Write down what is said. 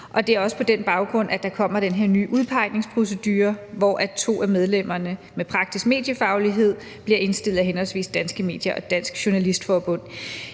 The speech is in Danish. og det er også på den baggrund, at der kommer den her nye udpegningsprocedure, hvor to medlemmer med praktisk mediefaglighed bliver indstillet af henholdsvis Danske Medier og Dansk Journalistforbund.